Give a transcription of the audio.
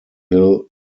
hill